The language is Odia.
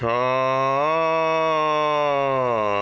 ଛଅ